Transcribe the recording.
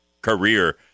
career